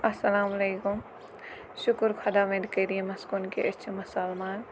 السَلامُ علیکُم شُکُر خۄدا ؤندِ کریٖمَس کُن کہِ أسۍ چھِ مُسلمان